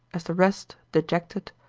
as the rest, dejected,